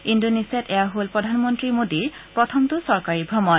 ইণ্ডোনেছিয়াত এয়া হল প্ৰধানমন্ত্ৰী মোদীৰ প্ৰথমটো চৰকাৰী ভ্ৰমণ